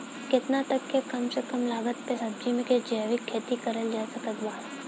केतना तक के कम से कम लागत मे सब्जी के जैविक खेती करल जा सकत बा?